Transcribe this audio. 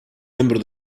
membro